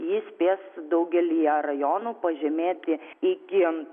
ji spės daugelyje rajonų pažemėti iki